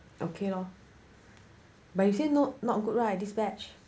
okay lah but you said not not good right this batch